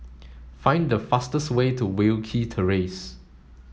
find the fastest way to Wilkie Terrace